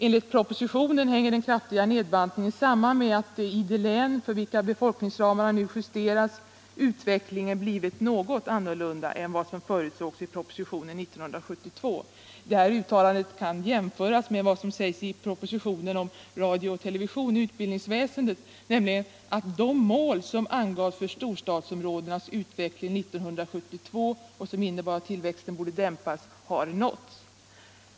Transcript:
Enligt propositionen hänger den kraftiga nedbantningen samman med att i de län, för vilka befolkningsramarna nu justeras, utvecklingen blivit något annorlunda än som förutsågs i propositionen 1972. Det här uttalandet kan jämföras med vad som sägs i propositionen om radio och television i utbildningsväsendet, nämligen att de mål som angavs för storstadsområdenas utveckling 1972 och som innebar att tillväxten borde dämpas har nåtts.